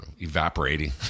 evaporating